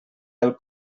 del